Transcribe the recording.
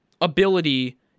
ability